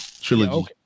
trilogy